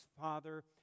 father